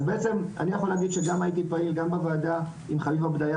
אז בעצם אני יכול להגיד שגם הייתי פעיל גם בוועדה עם חביבה פדיה